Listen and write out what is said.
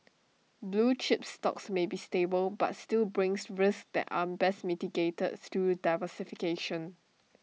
blue chip stocks may be stable but still brings risks that are best mitigated through diversification